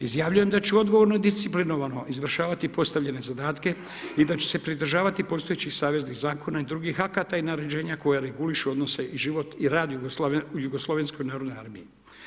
Izjavljujem da ću odgovorno i disciplinarno izvršavati postavljene zadatke i da ću se pridržavati postojećih saveznih zakona i drugih akata i naređenja koje reguliraju odnose i život i rad u jugoslovenskoj narodnoj armiji.